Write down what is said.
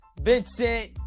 Vincent